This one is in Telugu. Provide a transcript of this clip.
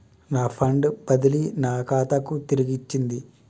నా ఫండ్ బదిలీ నా ఖాతాకు తిరిగచ్చింది